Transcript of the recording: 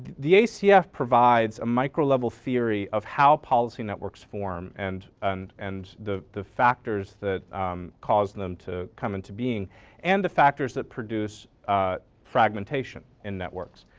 the acf provides a micro level theory of how policy networks form and and and the the factors that cause them to come into being and the factors that produce fragmentation in networks.